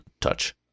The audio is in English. touch